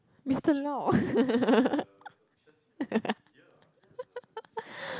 mister-loh